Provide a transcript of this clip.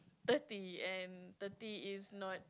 thirty and thirty is not